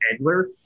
Edler